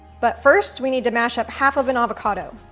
but first, we need to mash up half of an avocado.